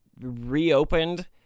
reopened